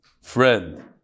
friend